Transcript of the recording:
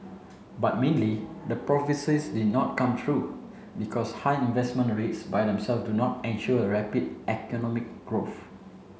but mainly the prophecies did not come true because high investment rates by themselves do not ensure rapid economic growth